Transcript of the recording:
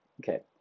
okay